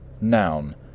noun